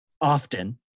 often